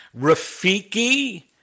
Rafiki